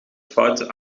foute